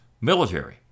military